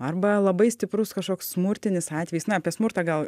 arba labai stiprus kažkoks smurtinis atvejis na apie smurtą gal